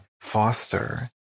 foster